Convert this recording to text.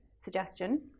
suggestion